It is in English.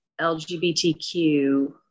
LGBTQ